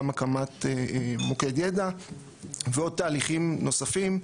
גם הקמת מוקד ידע ותהליכים נוספים,